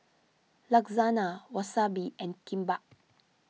Lasagna Wasabi and Kimbap